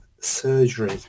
surgery